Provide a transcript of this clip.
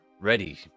Ready